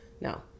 no